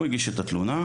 הוא הגיש את התלונה,